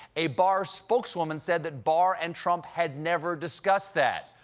a barr spokeswoman said that barr and trump had never discussed that.